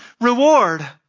reward